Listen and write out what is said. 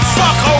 fuck